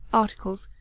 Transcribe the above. articles,